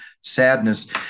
sadness